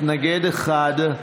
מתנגד אחד.